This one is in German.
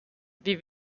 wie